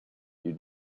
you